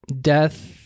death